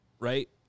Right